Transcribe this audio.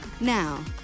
Now